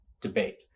debate